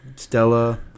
Stella